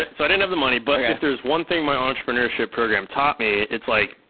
so i didn't have the money, but if there's one thing my entrepreneurship program taught me, it's like,